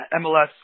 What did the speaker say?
MLS